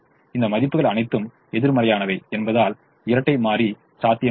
இந்த மதிப்புகள் அனைத்தும் எதிர்மறையானவை என்பதால் இரட்டை மாறி சாத்தியமானது